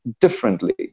differently